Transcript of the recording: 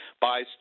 buys